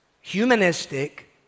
humanistic